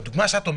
הדוגמה שנתת,